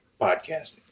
podcasting